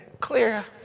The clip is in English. clear